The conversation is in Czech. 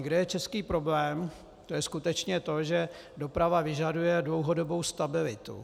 Kde je český problém, to je skutečně to, že doprava vyžaduje dlouhodobou stabilitu.